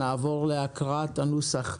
נעבור להקראת הנוסח.